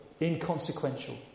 inconsequential